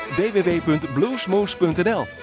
www.bluesmoose.nl